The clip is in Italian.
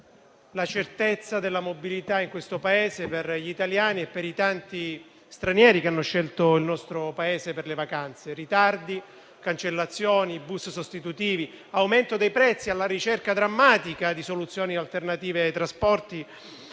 la certezza della mobilità nel Paese per gli italiani e per i tanti stranieri che hanno scelto il nostro Paese per le vacanze: ritardi, cancellazioni, bus sostitutivi; aumento dei prezzi alla ricerca drammatica di soluzioni alternative ai trasporti;